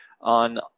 on